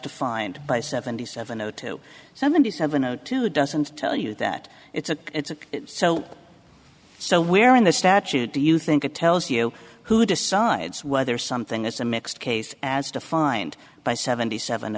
defined by seventy seven zero two seventy seven zero two doesn't tell you that it's a it's a so so where in the statute do you think it tells you who decides whether something is a mixed case as defined by seventy seven